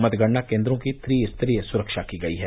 मतगणना केन्द्रों की त्रिस्तरीय सुरक्षा की गई है